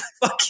fuck